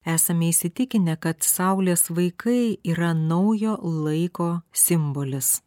esame įsitikinę kad saulės vaikai yra naujo laiko simbolis